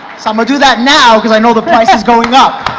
so, i'm gonna do that now, cause i know the price is going up,